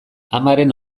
amaren